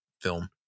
film